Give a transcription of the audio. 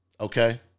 Okay